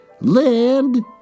land